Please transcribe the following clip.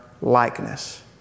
likeness